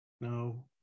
No